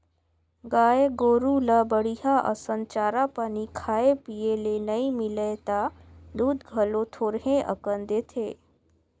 गाय गोरु ल बड़िहा असन चारा पानी खाए पिए ले नइ मिलय त दूद घलो थोरहें अकन देथे